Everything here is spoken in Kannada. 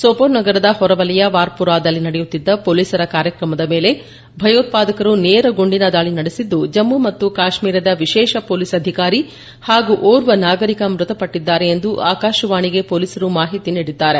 ಸೊಪೋರ್ ನಗರದ ಹೊರವಲಯ ವಾರ್ಪೋರಾದಲ್ಲಿ ನಡೆಯುತ್ತಿದ್ದ ಪೊಲೀಸರ ಕಾರ್ಯಕ್ರಮದ ಮೇಲೆ ಭಯೋತ್ವಾದಕರು ನೇರ ಗುಂಡಿನ ದಾಳಿ ನಡೆಸಿದ್ದು ಜಮ್ಮು ಮತ್ತು ಕಾಶ್ಟ್ರೀರದ ವಿಶೇಷ ಪೊಲೀಸ್ ಅಧಿಕಾರಿ ಹಾಗೂ ಓರ್ವ ನಾಗರಿಕ ಮೃತಪಟ್ಟಿದ್ದಾರೆ ಎಂದು ಆಕಾಶವಾಣಿಗೆ ಪೊಲೀಸರು ಮಾಹಿತಿ ನೀಡಿದ್ದಾರೆ